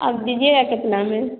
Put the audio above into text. आप दीजिएगा कितना में